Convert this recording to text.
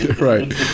Right